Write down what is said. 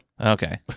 Okay